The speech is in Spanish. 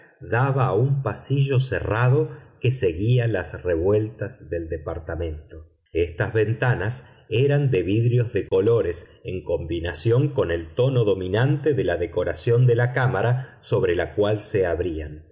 daba a un pasillo cerrado que seguía las revueltas del departamento estas ventanas eran de vidrios de colores en combinación con el tono dominante de la decoración de la cámara sobre la cual se abrían